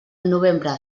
novembre